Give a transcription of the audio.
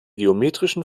geometrischen